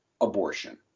abortion